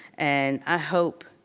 and i hope,